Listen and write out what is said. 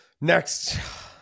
Next